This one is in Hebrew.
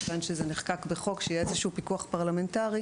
כיוון שזה נחקק בחוק שיהיה איזשהו פיקוח פרלמנטרי,